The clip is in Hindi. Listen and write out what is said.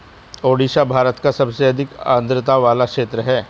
ओडिशा भारत का सबसे अधिक आद्रता वाला क्षेत्र है